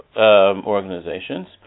organizations